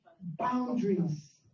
boundaries